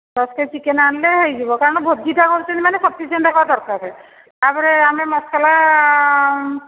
ଦଶ K G chicken ଆଣିଲେ ହୋଇଯିବ କାରଣ ଭୋଜିଟା କରୁଛନ୍ତି ମାନେ ସଫିସିଏଣ୍ଟ୍ ହେବା ଦରକାର ତା'ପରେ ଆମେ ମସଲା